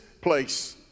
place